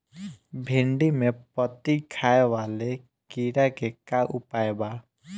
भिन्डी में पत्ति खाये वाले किड़ा के का उपाय बा?